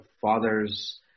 father's